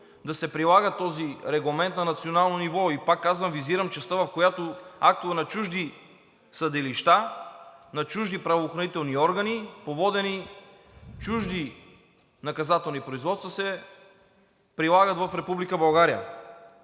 да се прилага този регламент на национално ниво. Пак казвам, визирам частта, в която актове на чужди съдилища, на чужди правоохранителни органи по водени чужди наказателни производства се прилагат в Република